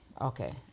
Okay